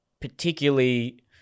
particularly